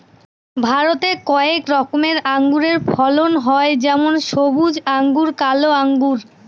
ভারতে কয়েক রকমের আঙুরের ফলন হয় যেমন সবুজ আঙ্গুর, কালো আঙ্গুর